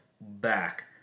back